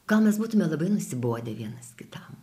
gal mes būtume labai nusibodę vienas kitam